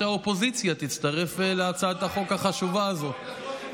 שהאופוזיציה תצטרף להצעת החוק החשובה הזאת.